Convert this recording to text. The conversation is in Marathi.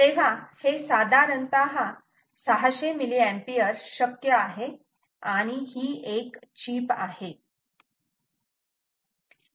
तेव्हा हे साधारणतः 600 mA शक्य आहे आणि ही एक चीप आहे